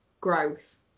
gross